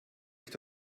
euch